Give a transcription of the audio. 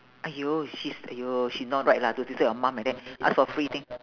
!aiyo! she's !aiyo! she not right lah to disturb your mum like that ask for free thing